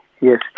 yes